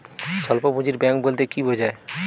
স্বল্প পুঁজির ব্যাঙ্ক বলতে কি বোঝায়?